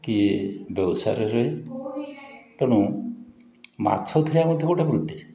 କିଏ ବ୍ୟବସାୟରେ ରୁହେ ତେଣୁ ମାଛ ଧରିବା ମଧ୍ୟ ଗୋଟେ ବୃତ୍ତି